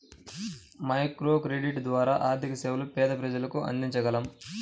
microcredit ద్వారా ఆర్థిక సేవలను పేద ప్రజలకు అందించగలం